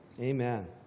Amen